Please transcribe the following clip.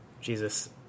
Jesus